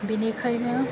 बिनिखायनो